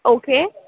okay